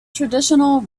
traditional